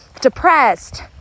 depressed